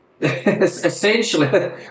essentially